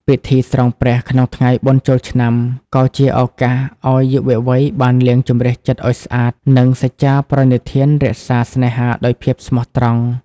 ពិធី "ស្រង់ព្រះ" ក្នុងថ្ងៃបុណ្យចូលឆ្នាំ ក៏ជាឱកាសឱ្យយុវវ័យបានលាងជម្រះចិត្តឱ្យស្អាត និងសច្ចាប្រណិធានរក្សាស្នេហាដោយភាពស្មោះត្រង់។